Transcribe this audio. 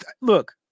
Look